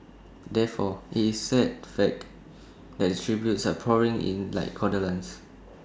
therefore IT is sad fact that the tributes are pouring in like condolences